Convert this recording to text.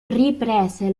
riprese